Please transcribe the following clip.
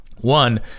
one